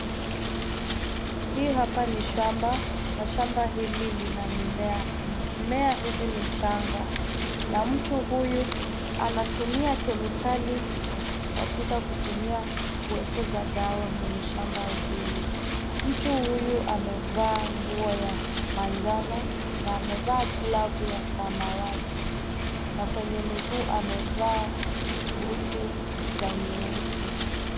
Hii hapa ni shamba na shamba hili lina mimea .Mimea hizi ni changa, na mtu huyu anatumia kemikali katika kutumia kuwekeza dawa kwenye shamba hili. Mtu huyu amevaa nguo ya manjano, na amevaa glavu ya samawati na kwenye miguu amevaa buti za nyeusi.